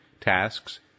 tasks